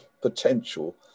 potential